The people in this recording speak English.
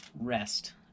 rest